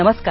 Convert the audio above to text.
नमस्कार